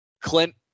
clint